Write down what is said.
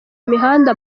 imihanda